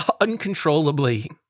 uncontrollably